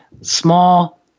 small